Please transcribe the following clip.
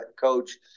coach